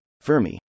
fermi